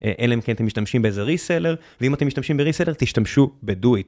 אלא אם כן אתם משתמשים באיזה ריסלר, ואם אתם משתמשים בריסלר תשתמשו בדויט.